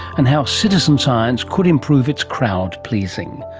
and how citizen science could improve its crowd pleasing.